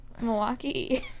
Milwaukee